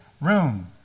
room